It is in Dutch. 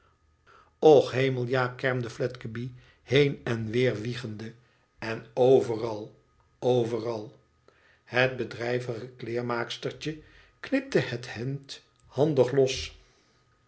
loch hemel ja kermde fledgeby heen en weer wiegende ten overal overall het bedrijvige kleermaakstertje knipte het hemd handig los